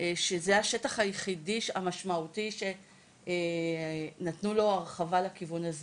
וזה השטח היחידי והמשמעותי שנתנו לו הרחבה לכיוון הזה